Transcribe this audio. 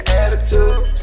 attitude